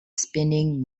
spinning